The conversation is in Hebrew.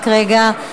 רק רגע,